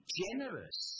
generous